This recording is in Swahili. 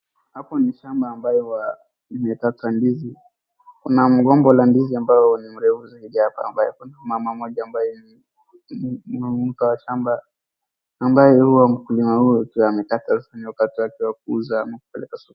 Hapo ni shamba ambaye huwa imekatwa ndizi. Kuna mgomba ya ndizi ambayo ni mrefu zaidi apa ambaye kuna mama mmoja ambaye ni mtu wa shamba ambaye huwa mkulima huyu ndiye amekata ikiwa ya kuuza ama kupeleka sokoni